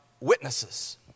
witnesses